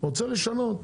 רוצה לשנות.